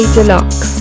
Deluxe